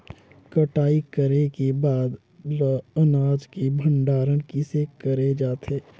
कटाई करे के बाद ल अनाज के भंडारण किसे करे जाथे?